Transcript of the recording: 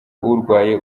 urwaye